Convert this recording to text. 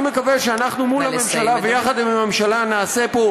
אני מקווה שאנחנו מול הממשלה ויחד עם הממשלה נעשה פה